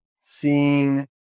seeing